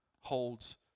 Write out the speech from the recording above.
Holds